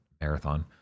Marathon